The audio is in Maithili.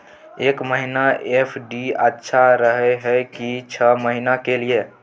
एक महीना एफ.डी अच्छा रहय हय की छः महीना के लिए?